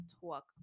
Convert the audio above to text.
Talk